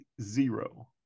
zero